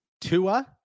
Tua